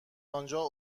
آنجا